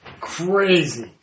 Crazy